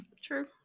True